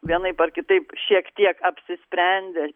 vienaip ar kitaip šiek tiek apsisprendė